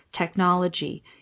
technology